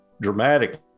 dramatic